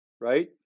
right